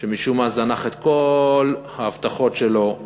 שמשום מה זנח את כל ההבטחות שלו,